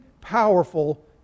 powerful